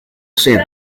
cerro